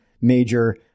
major